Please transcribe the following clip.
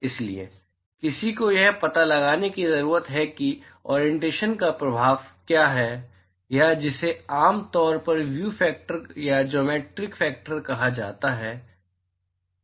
इसलिए किसी को यह पता लगाने की जरूरत है कि ऑरिएंटेशन का प्रभाव क्या है या जिसे आम तौर पर व्यू फैक्टर या ज्योमेट्रिक फैक्टर कहा जाता है